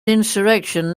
insurrection